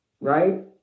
right